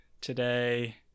today